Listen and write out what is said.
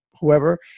whoever